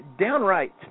downright